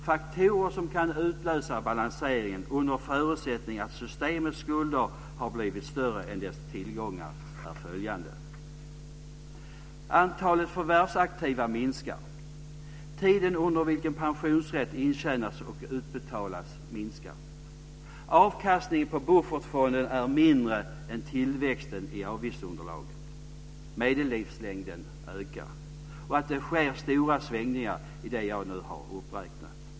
Faktorer som kan utlösa balansering, under förutsättning att systemets skulder har blivit större än dess tillgångar, är följande: Antalet förvärvsaktiva minskar, tiden under vilken pensionsrätt intjänas och utbetalas minskar, avkastningen på buffertfonden är mindre än tillväxten i avgiftsunderlaget, medellivslängden ökar och det sker stora svängningar i det jag nu har räknat upp.